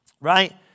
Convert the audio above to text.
Right